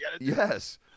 yes